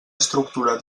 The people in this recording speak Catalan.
estructura